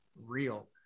real